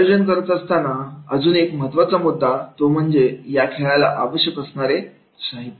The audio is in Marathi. खेळाचे आयोजन करत असताना अजून एक मुद्दा असतो तो म्हणजे या खेळाला आवश्यक असणारे साहित्य